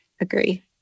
agree